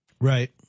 Right